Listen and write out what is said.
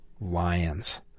lions